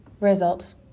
Results